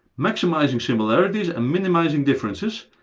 maximizing similarities and minimizing differences,